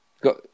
Got